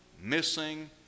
missing